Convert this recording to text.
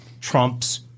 trumps